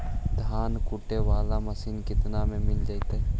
धान कुटे बाला मशीन केतना में मिल जइतै?